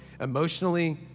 emotionally